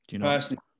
Personally